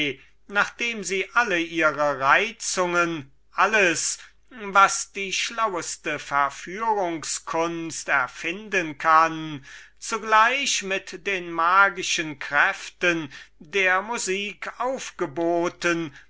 nachdem sie alle ihre reizungen alles was die schlaueste verführungs kunst erfinden kann zugleich mit den magischen kräften der musik aufgeboten